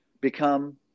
become